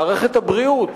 מערכת הבריאות